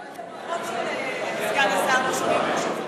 אפילו את הברכות של סגן השר לא שומעים.